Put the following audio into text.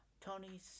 Tony's